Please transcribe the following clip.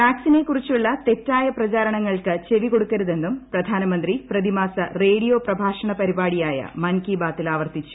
വാക്സിനെക്കുറിച്ചുള്ള തെറ്റായ പ്രചാരണങ്ങൾക്ക് ചെവികൊടുക്കരുതെന്നും പ്രധാനമന്ത്രി പ്രതിമാസ റേഡിയോ പ്രഭാഷണ പരിപാടിയായ മൻ കി ബാത്തിൽ ആവർത്തിച്ചു